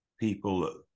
people